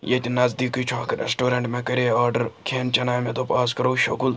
ییٚتہِ نزدیٖکٕے چھُ اکھ ریسٹورنٹ مےٚ کَرے آرڈر کھٮ۪ن چٮ۪نایہِ مےٚ دوٚپ آز کرو شُگل